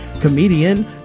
Comedian